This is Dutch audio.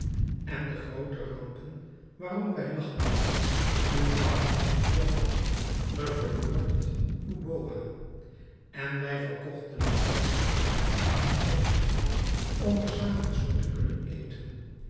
en de groote rampen waarom wij lachten uw mouw brandde ge verloort uw boa en wij verkochten het fraai portret van shakespeare om er s avonds voor te kunnen eten